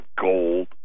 gold